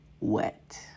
wet